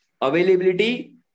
availability